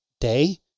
day